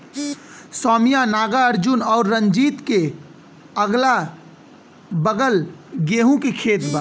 सौम्या नागार्जुन और रंजीत के अगलाबगल गेंहू के खेत बा